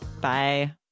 Bye